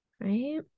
Right